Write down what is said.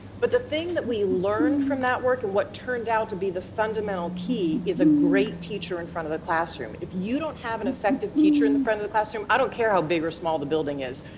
but the thing that we learned from that work, and what turned out to be the fundamental key, is a great teacher in front of the classroom. if you don't have an effective teacher in the front of the classroom, i don't care how big or small the building is,